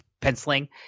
penciling